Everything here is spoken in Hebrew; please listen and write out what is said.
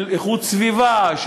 של איכות סביבה,